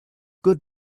good